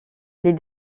les